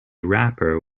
wrapper